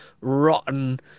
rotten